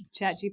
ChatGPT